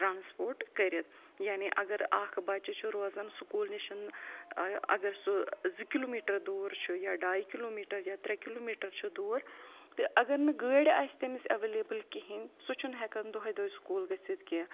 transport کٔرِتھ یعنی اگر اَکھ بَچہٕ چھُ روزَن سکوٗل نِش اگر سُہ زٕ کِلوٗمیٖٹَر دوٗر چھُ یا ڈاے کِلوٗمیٖٹَر یا ترٛےٚ کِلوٗمیٖٹَر چھُ دوٗر تہٕ اگر نہٕ گٲڑۍ آسہِ تٔمِس ایٚویلیبٕل کِہیٖنۍ سُہ چھُنہٕ ہٮ۪کان دۄہَے دۄہے سکوٗل گٔژھِتھ کیٚنٛہہ